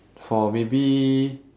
for maybe